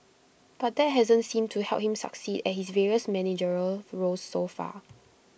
but that hasn't seemed to help him succeed at his various managerial roles so far